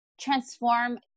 transform